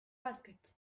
basket